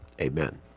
Amen